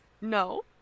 No